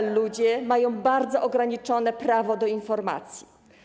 Ludzie nadal mają bardzo ograniczone prawo do informacji.